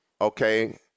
Okay